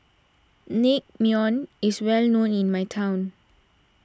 Naengmyeon is well known in my hometown